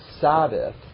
Sabbath